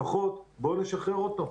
לפחות בואו נשחרר אותו.